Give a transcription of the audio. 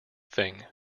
thing